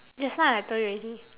just now I told you already